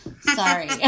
Sorry